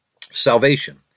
Salvation